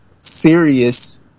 serious